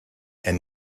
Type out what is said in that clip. and